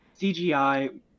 CGI